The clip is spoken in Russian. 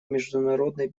международной